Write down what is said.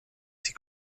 die